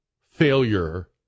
failure